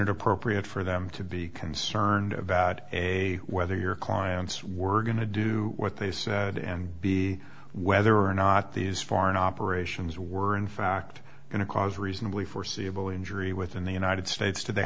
wasn't appropriate for them to be concerned about a whether your clients were going to do what they said and be whether or not these foreign operations were in fact going to cause reasonably foreseeable injury within the united states to they